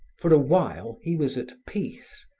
for a while he was at peace,